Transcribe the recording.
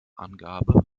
angabe